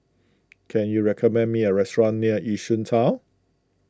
can you recommend me a restaurant near Yishun Town